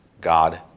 God